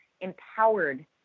empowered